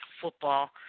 football